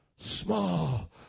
small